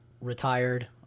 retired